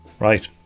Right